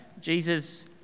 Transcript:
Jesus